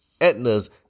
etna's